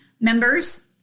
members